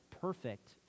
perfect